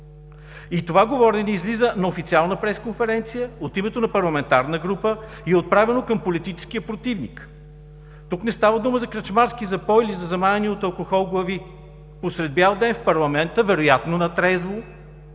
И това говорене излиза на официална пресконференция от името на парламентарна група и е отправено към политическия противник. Тук не става дума за кръчмарски запой и за замаяни от алкохол глави. Посред бял ден, в парламента, вероятно на трезво,